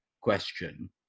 question